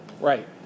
Right